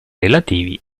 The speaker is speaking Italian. relativi